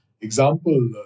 example